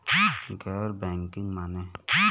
गैर बैंकिंग माने?